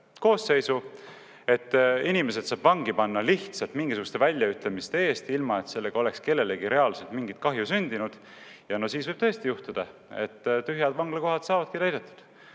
koosseisu, et inimesi saab vangi panna lihtsalt mingisuguste väljaütlemiste eest, ilma et sellega oleks kellelegi reaalselt mingit kahju sündinud? Siis võib tõesti juhtuda, et tühjad vanglakohad saavadki täidetud.